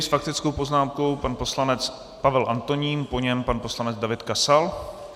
S faktickou poznámkou pan poslanec Pavel Antonín, po něm pan poslanec David Kasal.